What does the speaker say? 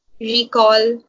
recall